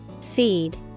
Seed